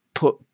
Put